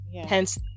Hence